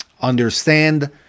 understand